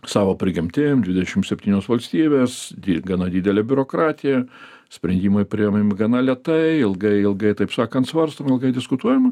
savo prigimtim dvidešimt septynios valstybės gana didelė biurokratija sprendimai priemami gana lėtai ilgai ilgai taip sakant svarstoma ilgai diskutuojama